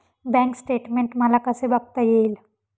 Bank statement मला कसे बघता येईल?